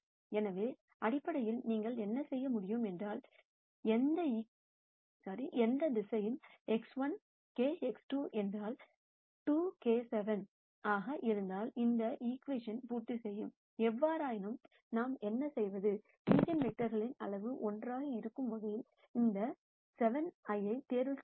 எனவே அடிப்படையில் நீங்கள் என்ன செய்ய முடியும் என்றால் எந்த திசையன் X1 kX 2 என்றால் 2 k7 ஆக இருந்தால் இந்த ஈகிவேஷன் பூர்த்தி செய்யும் எவ்வாறாயினும் நாம் என்ன செய்வது ஈஜென்வெக்டரின் அளவு 1 ஆக இருக்கும் வகையில் இந்த k ஐ தேர்வு செய்கிறோம்